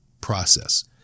process